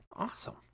awesome